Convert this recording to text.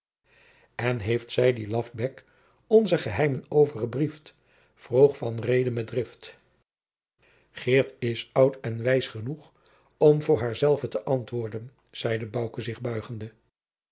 en heeft zij dien lafbek onze geheimen overgebriefd vroeg van reede met drift geert is oud en wijs genoeg om voor haarzelve te antwoorden zeide bouke zich buigende